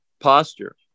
posture